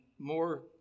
more